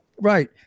Right